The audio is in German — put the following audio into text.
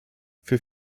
für